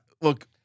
Look